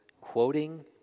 quoting